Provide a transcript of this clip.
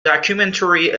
documentary